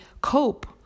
cope